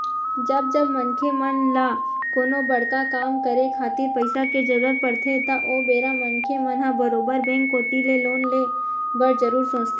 जब जब मनखे मन ल कोनो बड़का काम करे खातिर पइसा के जरुरत पड़थे त ओ बेरा मनखे मन ह बरोबर बेंक कोती ले लोन ले बर जरुर सोचथे